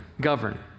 govern